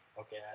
okay